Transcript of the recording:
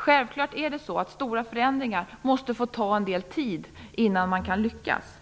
Självklart måste stora förändringar få ta en del tid innan man lyckas.